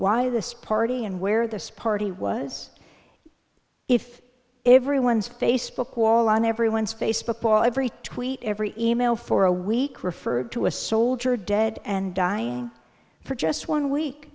why this party and where this party was if everyone's facebook wall on everyone's facebook ball every tweet every e mail for a week referred to a soldier dead and dying for just one week